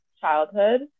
childhood